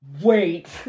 wait